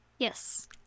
Yes